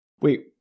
Wait